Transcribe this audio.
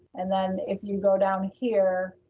and then if you go down here,